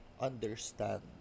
understand